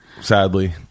Sadly